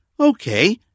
Okay